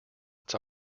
its